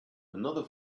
another